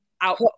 out